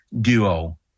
duo